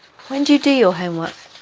when do you do your homework?